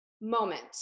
moment